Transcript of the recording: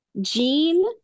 Jean